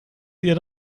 ihr